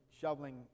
shoveling